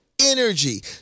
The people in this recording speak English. energy